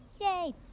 Yay